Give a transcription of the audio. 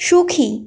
সুখী